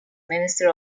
minister